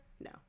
No